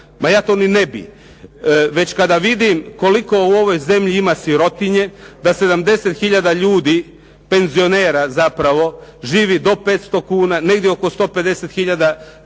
Ma ja to ni ne bih. Već kada vidim koliko u ovoj zemlji ima sirotinje, da 70 hiljada ljudi penzionera zapravo živi do 500 kuna, negdje oko 150 hiljada